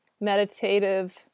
meditative